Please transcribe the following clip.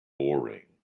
boring